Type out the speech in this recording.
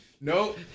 no